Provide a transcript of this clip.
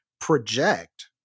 project